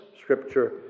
Scripture